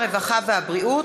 הרווחה והבריאות.